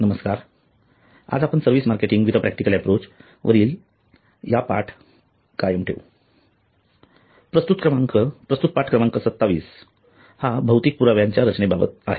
नमस्कार आपण service marketing with a practical approach या वरील आपला पाठ कायम ठेवू प्रस्तुत पाठ क्रमांक 27 हा भौतिक पुराव्यांच्या रचने बाबत आहे